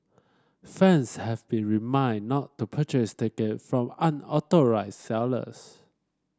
fans have been remind not to purchase ticket from unauthorised sellers